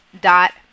dot